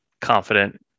confident